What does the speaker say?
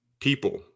people